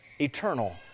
eternal